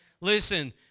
listen